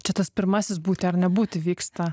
čia tas pirmasis būti ar nebūti vyksta